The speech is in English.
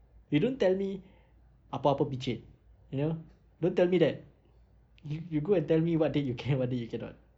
you don't tell me apa-apa you know don't tell me that yo~ you go and tell me what date you can what date you cannot